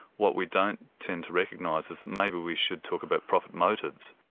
what we don't tend to recognise is that maybe we should talk about profit motives.